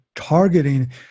targeting